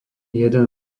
jeden